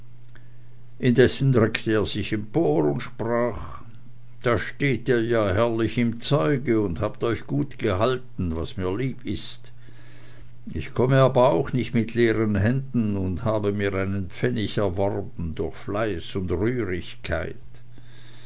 indessen reckte er sich empor und sprach da steht ihr ja herrlich im zeuge und habt euch gut gehalten was mir lieb ist ich komme aber auch nicht mit leeren händen und habe mir einen pfennig erworben durch fleiß und